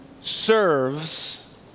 serves